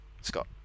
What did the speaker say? Scott